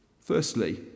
Firstly